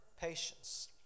Patience